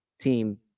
team